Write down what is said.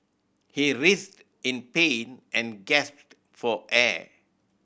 he writhed in pain and gasped for air